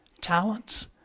talents